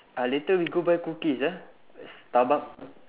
ah later we go buy cookies ah starbucks